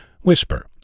Whisper